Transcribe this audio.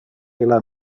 illa